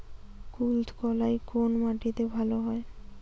কুলত্থ কলাই কোন মাটিতে ভালো হয়?